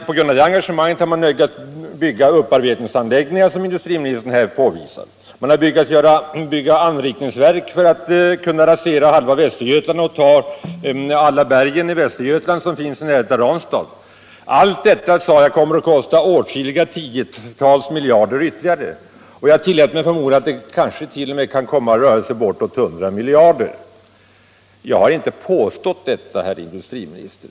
På grund av detta engagemang har man då nödgats bygga upparbetningsanläggningar som industriministern här påvisat. Man har nödgats bygga anrikningsverk för att kunna ta alla bergen i närheten av Ranstad och rasera halva Västergötland. Allt detta, sade jag, kommer att kosta åtskilliga tiotals miljarder ytterligare. Jag tillät mig förmoda att det kanske t.o.m. kan komma att röra sig om bortåt 100 miljarder. Jag har inte påstått detta, herr industriministern.